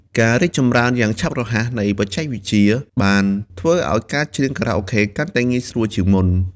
ការរីកចម្រើនយ៉ាងឆាប់រហ័សនៃបច្ចេកវិទ្យា បានធ្វើឱ្យការច្រៀងខារ៉ាអូខេកាន់តែងាយស្រួលជាងមុន។